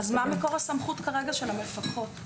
אז מה מקור הסמכות כרגע של המפקחות?